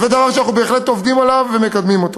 וזה דבר שאנחנו בהחלט עובדים עליו ומקדמים אותו.